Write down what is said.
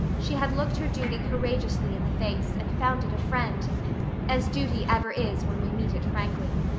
she had looked her duty courageously in the face and found it a friend as duty ever is when we meet it frankly.